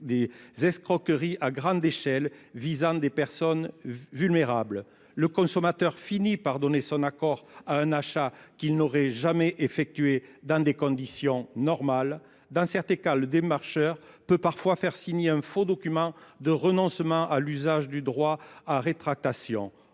des escroqueries à grande échelle visant des personnes Le consommateur finit par donner son accord à un achat qu'il n'aurait jamais effectué dans des conditions normales. Dans certains cas, le démarcheur peut parfois faire signer un faux document de renoncement à l'usage du droit à rétractation.